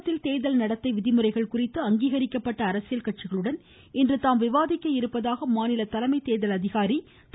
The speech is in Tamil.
தமிழகத்தில் தேர்தல் நடத்தை விதிமுறைகள் குறித்து அங்கீகரிக்கப்பட்ட அரசியல் கட்சிகளுடன் இன்று தாம் விவாதிக்க இருப்பதாக மாநில தலைமை தேர்தல் அதிகாரி திரு